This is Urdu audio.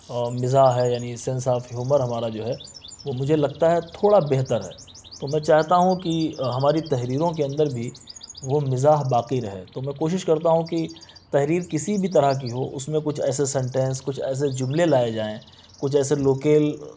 مزاح ہے یعنی سینس آف ہیومر ہمارا جو ہے وہ مجھے لگتا ہے تھوڑا بہتر ہے تو میں چاہتا ہوں کہ ہماری تحریروں کے اندر بھی وہ مزاح باقی رہے تو میں کوشش کرتا ہوں کہ تحریر کسی بھی طرح کی ہو اس میں کچھ ایسے سنٹینس کچھ ایسے جملے لائے جائیں کچھ ایسے لوکیل